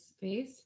face